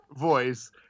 voice